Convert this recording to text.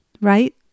right